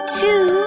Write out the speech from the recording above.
two